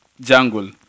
Jungle